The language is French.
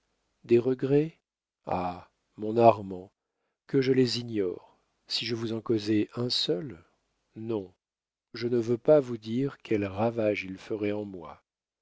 des regrets ah mon armand que je les ignore si je vous en causais un seul non je ne veux pas vous dire quels ravages il ferait en moi